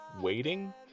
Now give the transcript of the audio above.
waiting